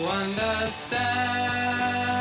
understand